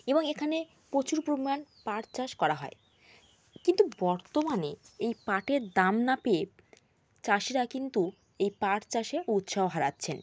এবং এখানে প্রচুর পরিমাণ পাট চাষ করা হয় কিন্তু বর্তমানে এই পাটের দাম না পেয়ে চাষিরা কিন্তু এই পাট চাষের উৎসাহ হারাচ্ছেন